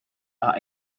are